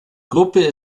gruppe